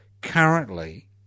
currently